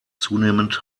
zunehmend